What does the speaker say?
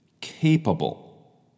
capable